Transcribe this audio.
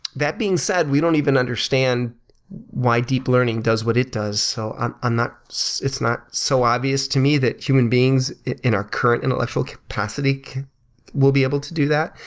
that being said, we don't even understand why deep learning does what it does, so um ah so it's not so obvious to me that human beings in our current intellectual capacity will be able to do that.